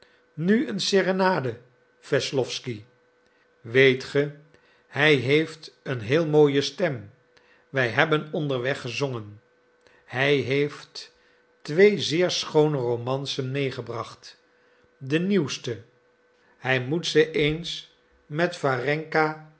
nu een serenade wesslowsky weet ge hij heeft een heel mooie stem wij hebben onderweg gezongen hij heeft twee zeer schoone romancen meegebracht de nieuwste hij moet ze eens met warenka